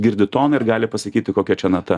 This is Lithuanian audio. girdi toną ir gali pasakyti kokia čia nata